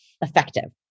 effective